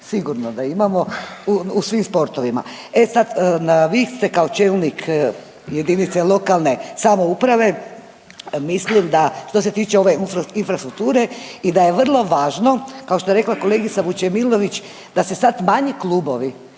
sigurno da imamo u svim sportovima. E sad, vi ste kao čelnik JLS, mislim da što se tiče ove infrastrukture i da je vrlo važno kao što je rekla kolegica Vučemilović da se sad manji klubovi